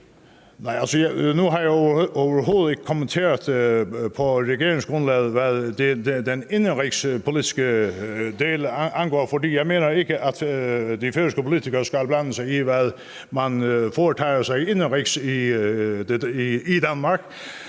Nu har jeg jo overhovedet ikke kommenteret regeringsgrundlaget, hvad den indenrigspolitiske del angår, fordi jeg ikke mener, at de færøske politikere skal blande sig i, hvad man foretager sig indenrigs i Danmark,